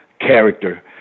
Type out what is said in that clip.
character